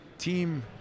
Team